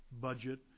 budget